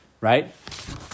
right